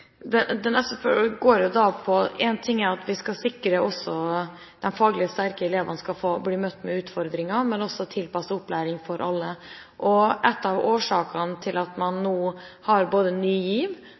det kan være språk eller andre fag. Én ting er at vi skal sikre at de faglig sterke elevene blir møtt med utfordringer, men også sikre tilpasset opplæring for alle. At